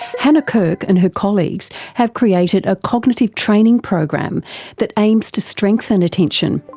hannah kirk and her colleagues have created a cognitive training program that aims to strengthen attention.